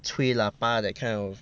吹喇叭 that kind of